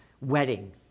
wedding